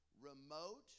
remote